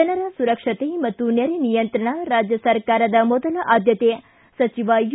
ಜನರ ಸುರಕ್ಷತೆ ಮತ್ತು ನೆರೆ ನಿಯಂತ್ರಣ ರಾಜ್ಯ ಸರ್ಕಾರದ ಮೊದಲ ಆದ್ದತೆ ಸಚಿವ ಯು